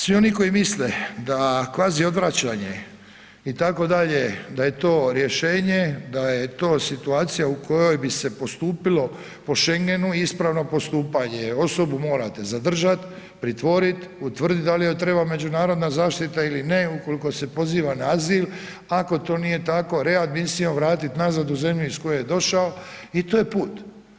Svi oni koji misle da kvazi odvraćanje itd., da je to rješenje, da je to situacija u kojoj bi se postupilo po šengenu, ispravno postupanje, osobu morate zadržat, pritvorit, utvrdit da li joj treba međunarodna zaštita ili ne ukoliko se poziva na azil, ako to nije tako readmisijom vratit nazad u zemlju iz koje je došao i to je put.